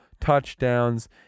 touchdowns